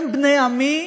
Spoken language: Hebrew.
הם בני עמי,